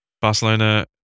Barcelona